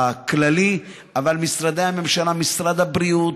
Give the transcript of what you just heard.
אבל משרדי הממשלה, משרד הבריאות,